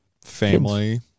Family